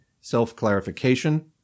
self-clarification